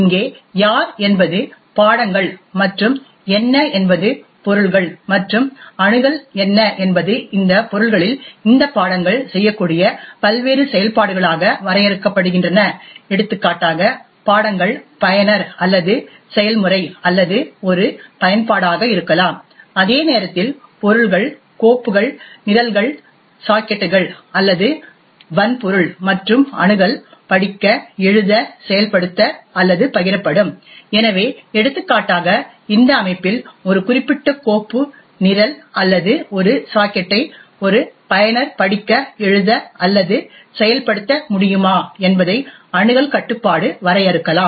இங்கே யார் என்பது பாடங்கள் மற்றும் என்ன என்பது பொருள்கள் மற்றும் அணுகல் என்ன என்பது இந்த பொருள்களில் இந்த பாடங்கள் செய்யக்கூடிய பல்வேறு செயல்பாடுகளாக வரையறுக்கப்படுகின்றன எடுத்துக்காட்டாக பாடங்கள் பயனர் அல்லது செயல்முறை அல்லது ஒரு பயன்பாடாக இருக்கலாம் அதே நேரத்தில் பொருள்கள் கோப்புகள் நிரல்கள் சாக்கெட்டுகள் அல்லது வன்பொருள் மற்றும் அணுகல் படிக்க எழுத செயல்படுத்த அல்லது பகிரப்படும் எனவே எடுத்துக்காட்டாக இந்த அமைப்பில் ஒரு குறிப்பிட்ட கோப்பு நிரல் அல்லது ஒரு சாக்கெட்டை ஒரு பயனர் படிக்க எழுத அல்லது செயல்படுத்த முடியுமா என்பதை அணுகல் கட்டுப்பாடு வரையறுக்கலாம்